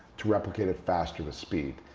to replicate it faster with speed.